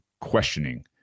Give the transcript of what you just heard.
questioning